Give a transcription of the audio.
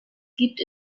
gibt